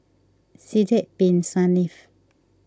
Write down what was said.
Sidek Bin Saniff